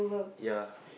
ya